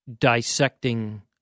dissecting